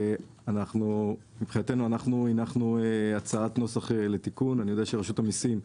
הנחנו הצעת נוסח לתיקון ןאני יודע שרשות המיסים,